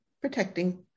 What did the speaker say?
protecting